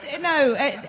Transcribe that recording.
No